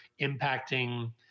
impacting